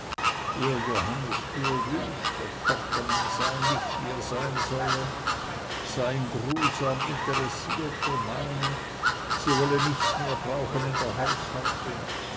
ihr johannes tue wüst der tochtermann sei nicht wie er sein solle sei ein grusam interessierter meine sie solle nichts mehr brauchen in der